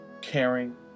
caring